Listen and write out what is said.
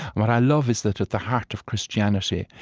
what i love is that at the heart of christianity,